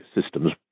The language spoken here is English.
systems